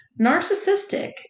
Narcissistic